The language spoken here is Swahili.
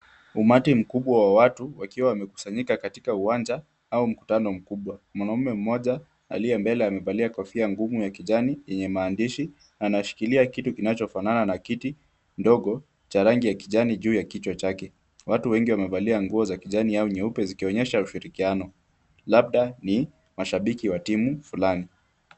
Umati mkubwa wa watu wakiwa wamekusanyika katika uwanja au mkutano mkubwa . Mwanaume mmoja aliye mbele amevalia kofia ngumu ya kijani yenye maandishi. Anashikilia kitu kinachofanana na kiti ndogo cha rangi ya kijani juu ya kichwa chake. Watu wengi wamevalia nguo za kijani au nyeupe zikionyesha ushirikiano labda ni mashabiki wa timu fulani.